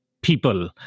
people